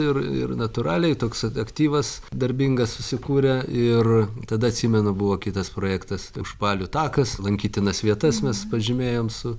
ir ir natūraliai toks ak aktyvas darbingas susikūrė ir tada atsimenu buvo kitas projektas užpalių takas lankytinas vietas mes pažymėjom su